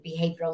behavioral